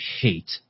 hate